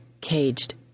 caged